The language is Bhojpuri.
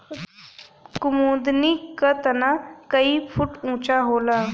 कुमुदनी क तना कई फुट ऊँचा होला